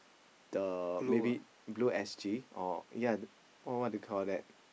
the maybe Blue-S_G or ya what do you call that